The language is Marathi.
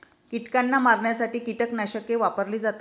कीटकांना मारण्यासाठी कीटकनाशके वापरली जातात